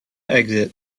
exit